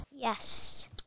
Yes